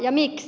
ja miksi